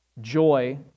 joy